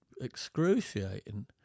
excruciating